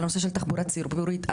הנושא של תחבורה ציבורית,